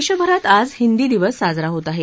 देशभरात आज हिदी दिवस साजरा होत आहे